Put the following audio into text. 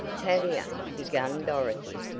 tavia, began dorothy,